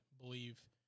believe